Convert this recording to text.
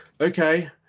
Okay